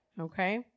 Okay